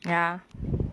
ya